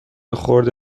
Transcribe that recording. خرد